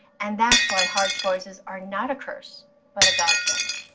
and that's why hard choices are not a curse but a godsend.